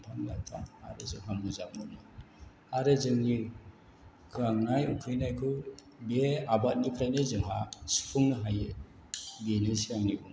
दंफां लाइफां आरो जोंहा मोजां मोनो आरो जोंनि गांनाय उखैनायखौ बे आबादनिफ्रायनो जोंहा सुफुंनो हायो बेनोसै आंनि बुंनांगौआ